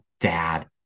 dad